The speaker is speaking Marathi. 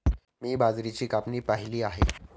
मी बाजरीची कापणी पाहिली आहे